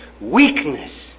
weakness